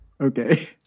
Okay